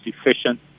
efficient